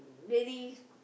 release